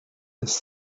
his